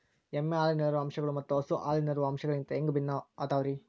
ಎಮ್ಮೆ ಹಾಲಿನಲ್ಲಿರೋ ಅಂಶಗಳು ಮತ್ತ ಹಸು ಹಾಲಿನಲ್ಲಿರೋ ಅಂಶಗಳಿಗಿಂತ ಹ್ಯಾಂಗ ಭಿನ್ನ ಅದಾವ್ರಿ?